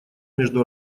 между